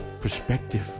perspective